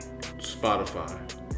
Spotify